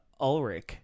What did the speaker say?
Ulrich